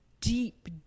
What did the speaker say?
deep